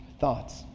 thoughts